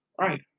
right